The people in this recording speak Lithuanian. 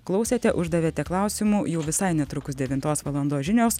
klausėte uždavėte klausimų jau visai netrukus devintos valandos žinios